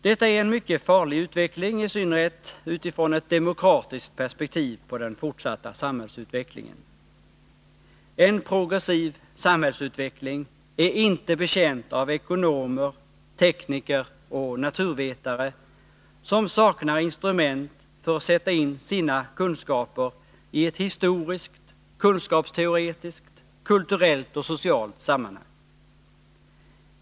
Detta är en mycket farlig utveckling, i synnerhet utifrån ett demokratiskt perspektiv på den fortsatta samhällsutvecklingen. En progressiv samhällsutveckling är inte betjänt av ekonomer, tekniker och naturvetare som saknar instrument för att sätta in sina kunskaper i ett historiskt, kunskapsteoretiskt, kulturellt och socialt sammanhang.